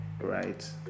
right